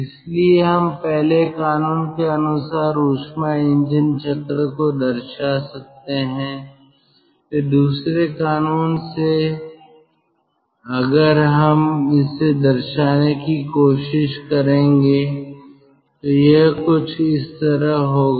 इसलिए हम पहले कानून के अनुसार ऊष्मा इंजन चक्र को दर्शा सकते हैं फिर दूसरे कानून से अगर हम इसे दर्शाने की कोशिश करेंगे तो यह कुछ इस तरह होगा